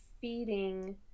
feeding